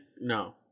no